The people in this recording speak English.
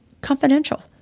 confidential